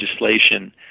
legislation